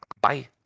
Bye